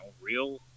real